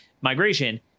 migration